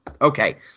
Okay